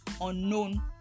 unknown